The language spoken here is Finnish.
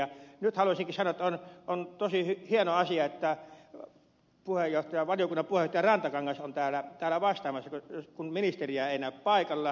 nyt haluaisinkin sanoa että on tosi hieno asia että valiokunnan puheenjohtaja rantakangas on täällä vastaamassa kun ministeriä ei näy paikalla